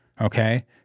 okay